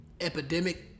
epidemic